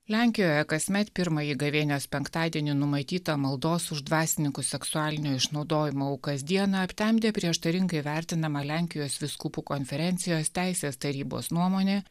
lenkijoje kasmet pirmąjį gavėnios penktadienį numatytą maldos už dvasininkų seksualinio išnaudojimo aukas dieną aptemdė prieštaringai vertinama lenkijos vyskupų konferencijos teisės tarybos nuomonė